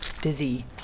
dizzy